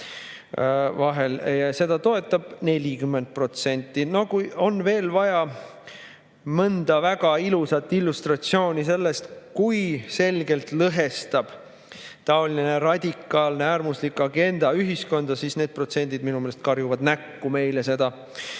seda toetab aga 40%. No kui on veel vaja mõnda väga ilusat illustratsiooni sellest, kui selgelt lõhestab taoline radikaalne äärmuslik agenda ühiskonda, siis need protsendid minu meelest karjuvad meile näkku.